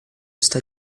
está